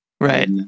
right